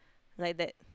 like that